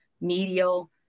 medial